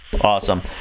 Awesome